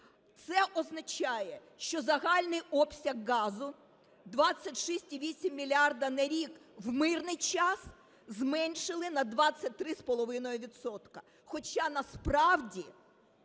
Це означає, що загальний обсяг газу 26,8 мільярда на рік в мирний час зменшили на 23,5